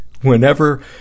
Whenever